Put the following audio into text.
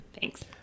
Thanks